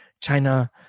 China